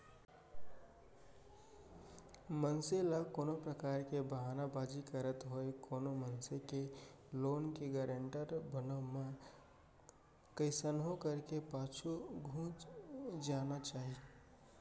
मनसे ल कोनो परकार के बहाना बाजी करत होय कोनो मनसे के लोन के गारेंटर बनब म कइसनो करके पाछू घुंच जाना चाही